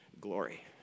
Glory